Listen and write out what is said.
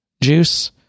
juice